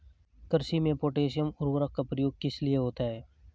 कृषि में पोटैशियम उर्वरक का प्रयोग किस लिए होता है?